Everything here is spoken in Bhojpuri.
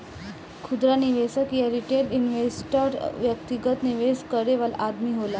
खुदरा निवेशक या रिटेल इन्वेस्टर व्यक्तिगत निवेश करे वाला आदमी होला